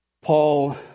Paul